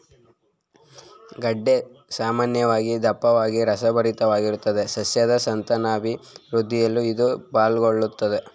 ಗೆಡ್ಡೆ ಸಾಮಾನ್ಯವಾಗಿ ದಪ್ಪವಾಗಿ ರಸಭರಿತವಾಗಿರ್ತದೆ ಸಸ್ಯದ್ ಸಂತಾನಾಭಿವೃದ್ಧಿಯಲ್ಲೂ ಇದು ಪಾಲುಗೊಳ್ಳುತ್ದೆ